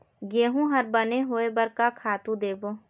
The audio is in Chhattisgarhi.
गेहूं हर बने होय बर का खातू देबो?